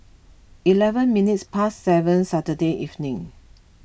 eleven minutes past seven Saturday evening